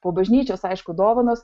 po bažnyčios aišku dovanos